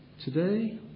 Today